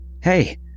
Hey